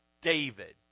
David